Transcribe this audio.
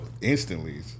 instantly